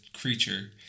creature